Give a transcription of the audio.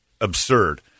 absurd